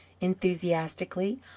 enthusiastically